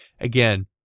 again